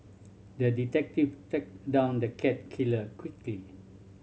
the detective tracked down the cat killer quickly